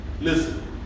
Listen